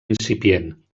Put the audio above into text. incipient